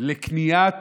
לקניית